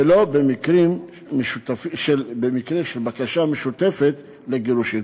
ולא במקרים של בקשה משותפת לגירושין.